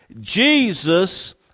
Jesus